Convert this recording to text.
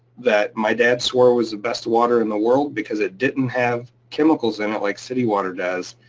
that my dad swore was the best water in the world because it didn't have chemicals in it like city water does,